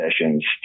sessions